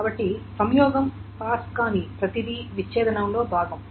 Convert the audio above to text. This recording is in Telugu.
కాబట్టి సంయోగం పాస్ కాని ప్రతిదీ విచ్ఛేదనంలో భాగం